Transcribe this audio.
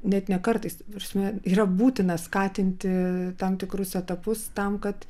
net ne kartais ta prasme yra būtina skatinti tam tikrus etapus tam kad